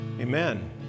Amen